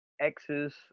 X's